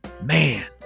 Man